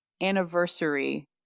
anniversary